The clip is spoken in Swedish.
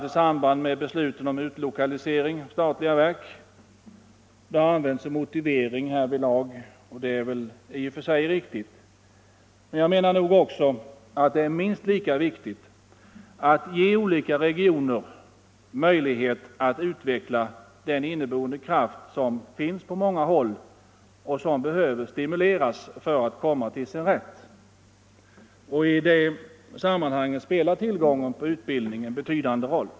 I samband med besluten om utlokalisering av statliga verk har sådana uttalanden använts som motivering, och det är väl riktigt. Jag menar nog också att det är minst lika viktigt att ge olika regioner ökade möjligheter att utveckla den inneboende kraft som finns på många håll och som behöver stimuleras för att komma till sin rätt. I det sammanhanget spelar tillgången på utbildning en betydande roll.